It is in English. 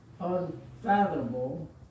unfathomable